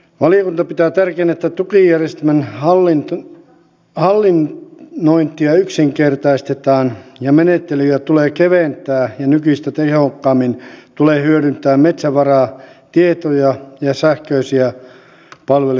valiokunta pitää tärkeänä että tukijärjestelmän hallinnointia yksinkertaistetaan menettelyjä tulee keventää ja nykyistä tehokkaammin tulee hyödyntää metsävaratietoja ja sähköisiä palvelujärjestelmiä